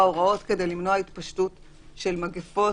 הוראות כדי למנוע התפשטות של מגפות,